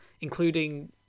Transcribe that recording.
including